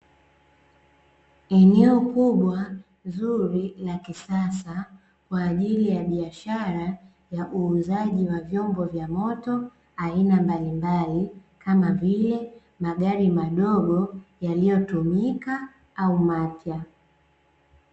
Eneo kubwa zuri la kisasa, kwa ajili ya biashara ya uuzaji wa vyombo vya moto aina mbalimbali, kama vile; magari madogo, yaliyotumika au mapya.